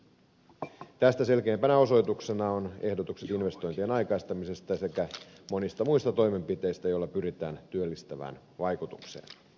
tästä selkeimpänä osoituksena ovat ehdotukset investointien aikaistamisesta sekä monista muista toimenpiteistä joilla pyritään työllistävään vaikutukseen